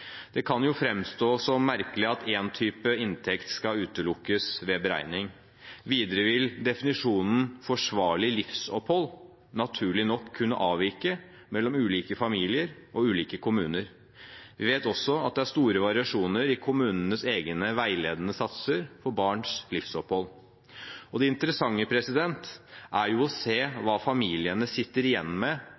Det kan jo framstå som merkelig at én type inntekt skal utelukkes ved beregningen. Videre vil definisjonen «forsvarlig livsopphold» naturlig nok kunne avvike mellom ulike familier og ulike kommuner. Vi vet også at det er store variasjoner i kommunenes egne veiledende satser for barns livsopphold. Det interessante er jo å se hva familiene sitter igjen med